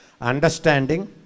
Understanding